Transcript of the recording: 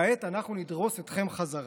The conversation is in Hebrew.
כעת אנחנו נדרוס אתכם חזרה.